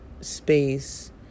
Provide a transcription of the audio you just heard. space